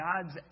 God's